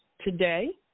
today